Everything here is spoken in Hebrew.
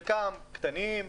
חלקם קטנים,